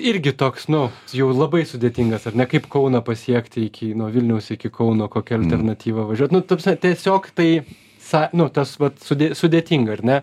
irgi toks nu jau labai sudėtingas ar ne kaip kauną pasiekti iki nuo vilniaus iki kauno kokia alternatyva važiuot nu ta prasme tiesiog tai sa nu tas vat su sudėtinga ar ne